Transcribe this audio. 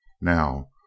Now